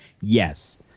Yes